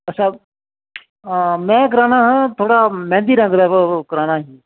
अच्छा में कराना ही थोह्ड़ा मेहंदी रंग दा कराना ही